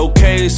Okay